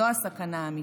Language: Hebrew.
זו הסכנה האמיתית.